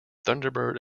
thunderbird